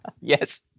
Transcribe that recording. Yes